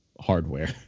hardware